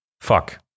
Fuck